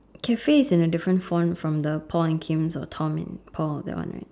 Cafe is in a different font from the Paul and Kim's or Tom and Paul that one right